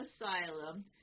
asylum